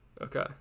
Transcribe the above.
Okay